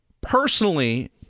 personally